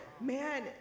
Man